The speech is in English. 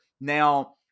now